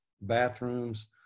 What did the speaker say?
bathrooms